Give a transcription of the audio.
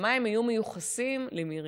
המים היו מיוחסים למרים,